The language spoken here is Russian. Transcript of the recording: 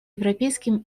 европейским